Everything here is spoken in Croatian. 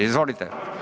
Izvolite.